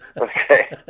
Okay